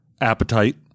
Appetite